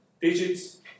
digits